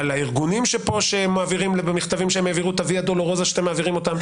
על הארגונים שפה שהעבירו במכתבים את הויה-דולורוזה שאתם מעבירים אותם.